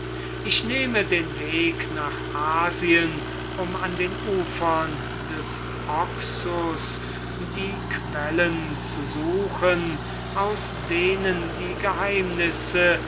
ich nahm den weg nach asien um an den ufern des oxus die quellen zu besuchen aus denen die geheimnisse